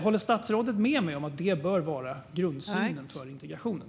Håller statsrådet med mig om att det bör vara grundsynen för integrationen?